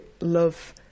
love